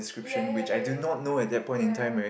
yeah yeah yeah yeah